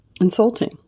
Insulting